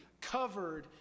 covered